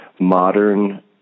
modern